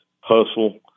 hustle